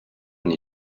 when